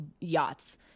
yachts